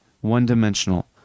one-dimensional